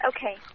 Okay